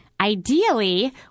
ideally